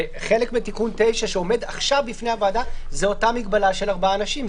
וחלק מתיקון 9 שעומד עכשיו בפני הוועדה זה אותה מגבלה של ארבעה אנשים.